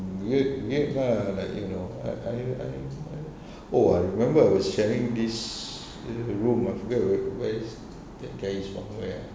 weird weird lah like you know ah I I I I oh I remember I was sharing this room uh I forget where that guy is from where ah